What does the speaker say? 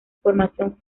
formación